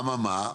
אממה,